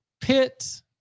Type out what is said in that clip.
Pitt